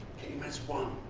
came as one